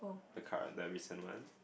the current the recent one